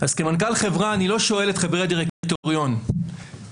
כמנכ"ל חברה אני לא שואל את חברי הדירקטוריון למה